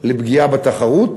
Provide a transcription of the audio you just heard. לפגיעה בתחרות,